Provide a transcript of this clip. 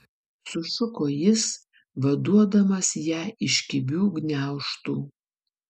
sušuko jis vaduodamas ją iš kibių gniaužtų